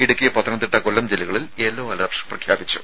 ഇടുക്കി പത്തനംതിട്ട കൊല്ലം ജില്ലകളിൽ yellow alert പ്രഖ്യാപിച്ചു